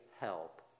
help